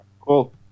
Cool